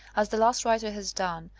as the last writer has done,